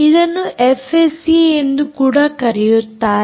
ಇದನ್ನು ಎಫ್ಎಸ್ಏ ಎಂದು ಕೂಡ ಕರೆಯುತ್ತಾರೆ